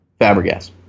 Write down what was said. Fabregas